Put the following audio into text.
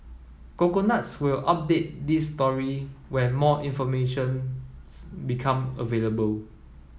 coconuts will update this story when more information's become available